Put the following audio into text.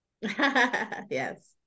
Yes